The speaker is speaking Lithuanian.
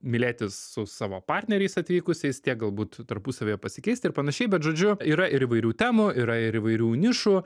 mylėtis su savo partneriais atvykusiais tiek galbūt tarpusavyje pasikeisti ir panašiai bet žodžiu yra ir įvairių temų yra ir įvairių nišų